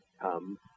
come